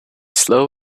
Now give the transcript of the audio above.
slow